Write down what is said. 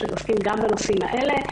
שעוסקים גם בנושאים האלה,